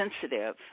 sensitive